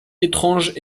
étranges